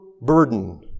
burden